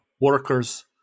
workers